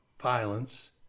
violence